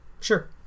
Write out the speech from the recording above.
sure